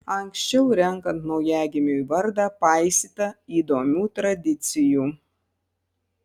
anksčiau renkant naujagimiui vardą paisyta įdomių tradicijų